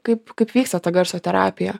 kaip kaip vyksta ta garso terapija